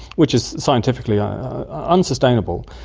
which is scientifically unsustainable.